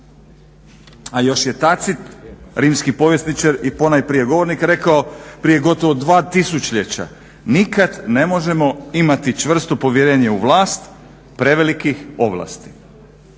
A još je Tacit rimski povjesničar i ponajprije govornik rekao prije gotovo dva tisućljeća nikad ne možemo imati čvrsto povjerenje u vlast prevelikih ovlasti.